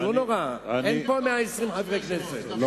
זה לא נורא, אין פה 120 חברי כנסת.